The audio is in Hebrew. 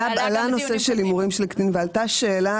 עלה הנושא של הימורים של קטינים ועלתה שאלה,